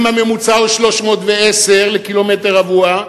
אם הממוצע הוא 310 לקילומטר רבוע,